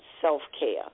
self-care